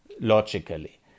logically